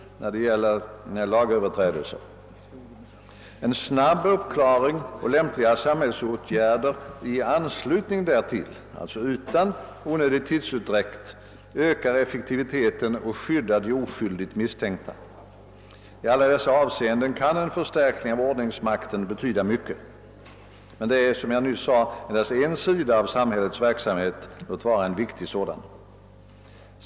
En snabb uppklaring och lämpliga samhällsåtgärder i anslutning därtill — alltså utan onödig tidsutdräkt — Ökar effektiviteten och skyddar de oskyldigt misstänkta. I alla dessa avseenden kan en förstärkning av ordningsmakten betyda mycket. Men det är som jag nyss sade endast en sida av samhällets verksamhet, låt vara en viktig sådan.